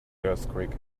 earthquake